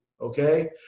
okay